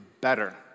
better